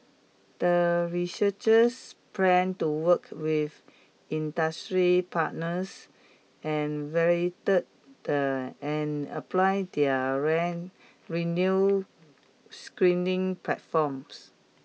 the researchers plan to work with industry partners and validate the apply their renew screening platforms